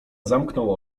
zamknął